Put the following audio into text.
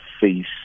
face